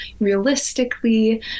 realistically